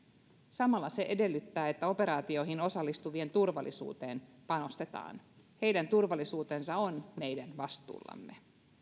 samalla se edellyttää että operaatioihin osallistuvien turvallisuuteen panostetaan heidän turvallisuutensa on meidän vastuullamme